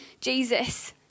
Jesus